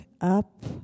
up